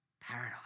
paradise